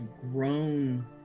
grown